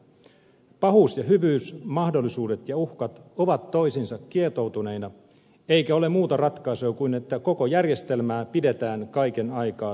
pahuus ja hyvyys mahdollisuudet ja uhkat ovat toisiinsa kietoutuneina eikä ole muuta ratkaisua kuin se että koko järjestelmää pidetään kaiken aikaa silmällä